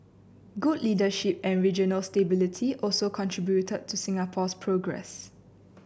good leadership and regional stability also contributed to Singapore's progress